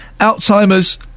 Alzheimer's